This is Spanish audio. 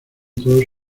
todos